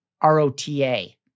R-O-T-A